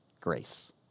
grace